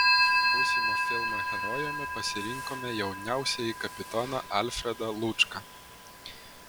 būsimo filmo herojumi pasirinkome jauniausiąjį kapitoną alfredą lučką